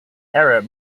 arab